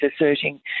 asserting